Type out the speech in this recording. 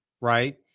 Right